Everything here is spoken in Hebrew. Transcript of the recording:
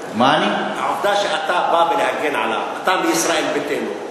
העובדה שאתה בא להגן עליו, אתה וישראל ביתנו,